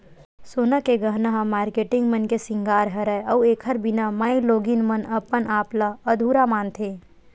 सोना के गहना ह मारकेटिंग मन के सिंगार हरय अउ एखर बिना माइलोगिन मन अपन आप ल अधुरा मानथे